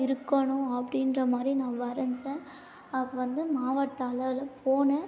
இருக்கணும் அப்படின்றமாரி நான் வரைஞ்சேன் அதுக்கு வந்து மாவட்ட அளவில் போனேன்